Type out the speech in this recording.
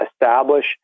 establish